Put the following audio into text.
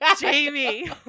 Jamie